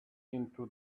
into